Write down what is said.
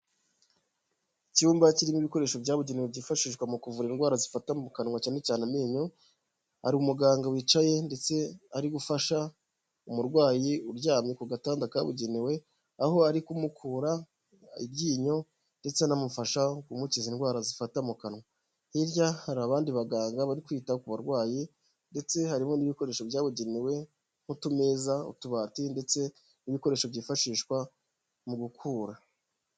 Icyumba kirimo ibikoresho byabugenewe byifashishwa mu kuvura indwara zifata mu kanwa cyane cyane amenyo hari umuganga wicaye ndetse ari gufasha umurwayi uryamye ku gatanda kabugenewe aho ari kumukura ryinyo ndetse anamufasha kumukiza indwara zifata mu kanwa hirya hari abandi baganga bari kwita kubandi barwayi ndetse harimo n'ibikoresho byabugenewe nk'utumeza, utubati ndetse n'ibikoresho byifashishwa mu gukura.